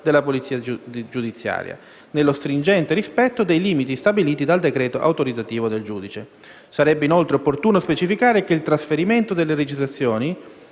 della polizia giudiziaria, nello stringente rispetto dei limiti stabiliti dal decreto autorizzativo del giudice. Sarebbe inoltre opportuno specificare che il trasferimento delle registrazioni